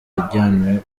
yajyanwe